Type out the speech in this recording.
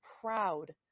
proud